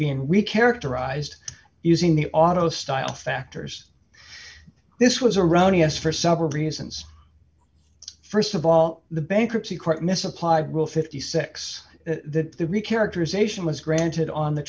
being we characterized using the auto style factors this was erroneous for several reasons first of all the bankruptcy court misapplied rule fifty six to be characters ation was granted on the